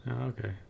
okay